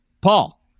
Paul